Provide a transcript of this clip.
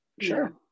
Sure